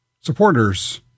supporters